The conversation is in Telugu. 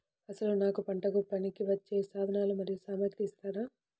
అసలు నాకు పంటకు పనికివచ్చే సాధనాలు మరియు సామగ్రిని ఇస్తారా?